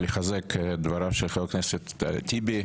לחזק את דבריו של חבר הכנסת טיבי.